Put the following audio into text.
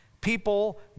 People